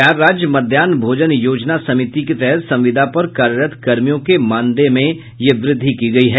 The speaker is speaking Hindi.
बिहार राज्य मध्याहन भोजना योजना समिति के तहत संविदा पर कार्यरत कर्मियों के मानदेय में यह वृद्धि की गयी है